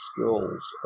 skills